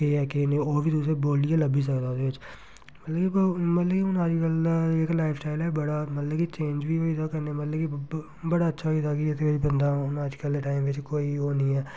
केह् ऐ केह् नेईं ओह् बी तुसें बोलियै लब्भी सकदा ओह्दे बिच्च मतलब कि मतलब कि हून अज्जकल दा जेह्का लाइफ स्टाइल बड़ा मतलब कि चेंज बी होई गेदा कन्नै मतलब कि बड़ा अच्छा होई गेदा कि इत्थें बंदा अज्जकल दे टाइम बिच्च कोई ओह् नी ऐ